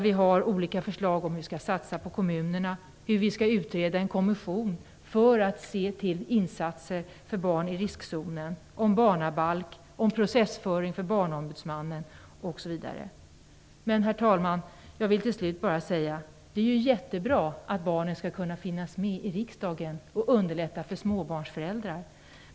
Vi har olika förslag om hur vi skall satsa på kommunerna, hur vi skall utreda en konvention för att se till insatser för barn i riskzonen, om barnabalk, om processföring för Barnombudsmannen osv. Men, herr talman, jag vill till slut bara säga att det är jättebra att barnen skall kunna finnas med i riksdagen och underlätta för småbarnsföräldrar.